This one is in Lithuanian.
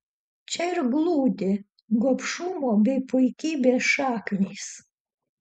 čia ir glūdi gobšumo bei puikybės šaknys